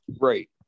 right